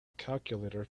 calculator